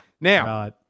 Now